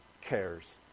cares